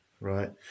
right